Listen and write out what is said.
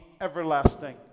Everlasting